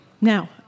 Now